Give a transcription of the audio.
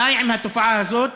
די עם התופעה הזאת.